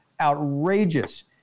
outrageous